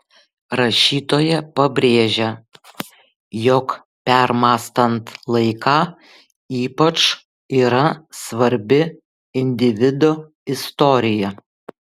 rašytoja pabrėžia jog permąstant laiką ypač yra svarbi individo istorija